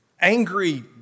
angry